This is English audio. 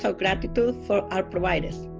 so gratitude for our providers.